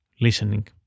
Listening